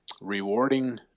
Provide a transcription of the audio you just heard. rewarding